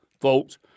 folks